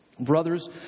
Brothers